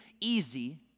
easy